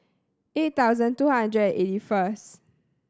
eight thousand two hundred and eighty first